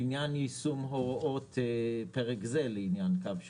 לעניין יישום הוראות פרק זה לעניין קו שירות...